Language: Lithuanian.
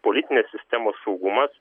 politinės sistemos saugumas